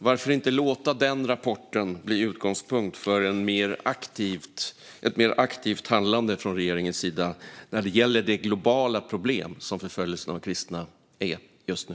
Varför inte låta den rapporten bli utgångspunkt för ett mer aktivt handlande från regeringens sida när det gäller det globala problem som förföljelsen av kristna är just nu?